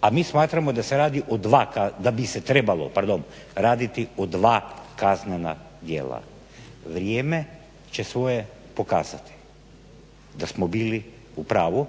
a mi smatramo da bi se trebalo raditi o dva kaznena djela. Vrijeme će svoje pokazati da smo bili u pravu.